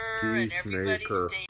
Peacemaker